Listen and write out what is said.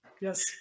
Yes